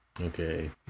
okay